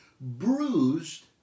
bruised